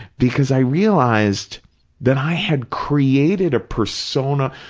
because i realized that i had created a persona,